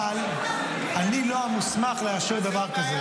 אבל אני לא המוסמך לאשר דבר כזה.